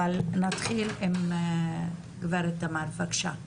אבל נתחיל עם גברת תמר, בבקשה.